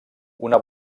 una